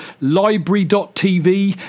Library.TV